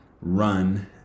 run